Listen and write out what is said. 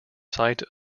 site